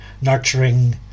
nurturing